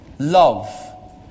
love